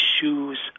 shoes